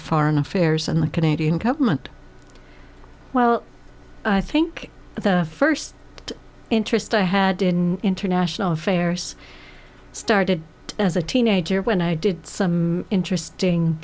foreign affairs and the canadian government well i think the first interest i had in international affairs started as a teenager when i did some interesting